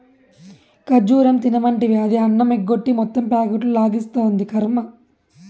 ఖజ్జూరం తినమంటివి, అది అన్నమెగ్గొట్టి మొత్తం ప్యాకెట్లు లాగిస్తాంది, కర్మ